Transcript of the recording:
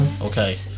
Okay